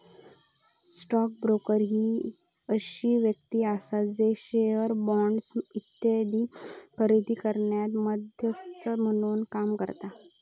stock broker ही अशी व्यक्ती आसा जी शेअर्स, बॉण्ड्स इत्यादी खरेदी करण्यात मध्यस्थ म्हणून काम करता